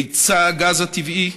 היצע הגז הטבעי,